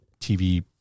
TV